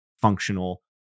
functional